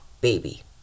baby